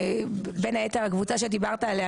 בין היתר הקבוצה שדיברת עליה,